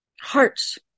hearts